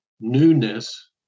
newness